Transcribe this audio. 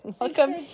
Welcome